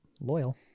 Loyal